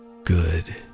Good